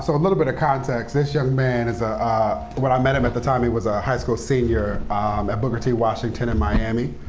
so a little bit of context. this young man is ah ah when i met him, at the time, he was a high school senior at booker t. washington in miami.